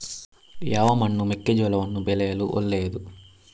ಯಾವ ಮಣ್ಣು ಮೆಕ್ಕೆಜೋಳವನ್ನು ಬೆಳೆಯಲು ಒಳ್ಳೆಯದು?